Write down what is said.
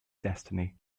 destiny